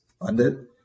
funded